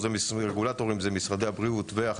הרגולטורים הם משרד הבריאות ומשרד